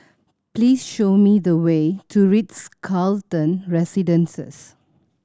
please show me the way to Ritz Carlton Residences